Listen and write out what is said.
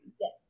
Yes